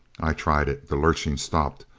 i tried it. the lurching stopped.